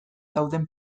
dauden